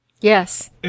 Yes